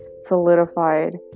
solidified